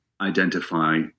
identify